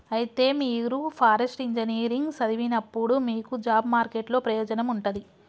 అయితే మీరు forest engineering సదివినప్పుడు మీకు జాబ్ మార్కెట్ లో ప్రయోజనం ఉంటది